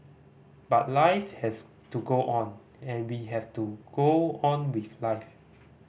but life has to go on and we have to go on with life